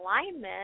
alignment